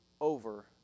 over